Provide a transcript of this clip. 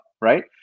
right